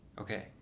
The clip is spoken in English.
Okay